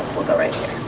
we'll go right